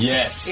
Yes